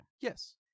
Yes